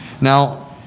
now